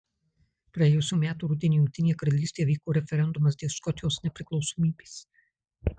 praėjusių metų rudenį jungtinėje karalystėje vyko referendumas dėl škotijos nepriklausomybės